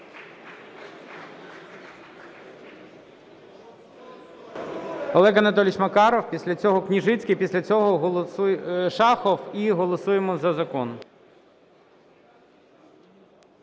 Олег Анатольович Макаров, після цього – Княжицький, після цього – Шахов і голосуємо за закон.